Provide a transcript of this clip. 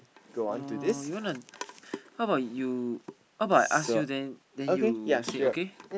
oh you want to how about you how about I ask you then then you said okay